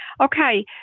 Okay